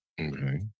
Okay